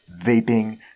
vaping